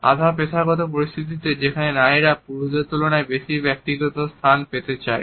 আধা পেশাগত পরিস্থিতিতে যেখানে নারীরা পুরুষদের তুলনায় বেশি ব্যক্তিগত স্থান পেতে চায়